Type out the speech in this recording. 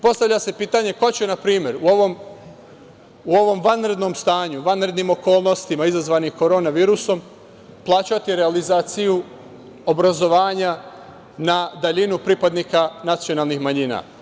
Postavlja se pitanje ko će, na primer, u ovom vanrednom stanju, vanrednim okolnostima izazvanih korona virusom, plaćati realizaciju obrazovanja na daljinu pripadnika nacionalnih manjina?